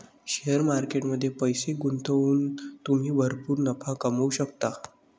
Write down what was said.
share market मध्ये पैसे गुंतवून तुम्ही भरपूर नफा कमवू शकता